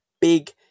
big